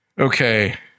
Okay